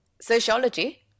Sociology